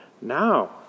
now